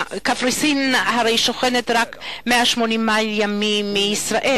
קפריסין הרי שוכנת רק 180 מייל מישראל.